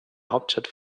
hauptstadt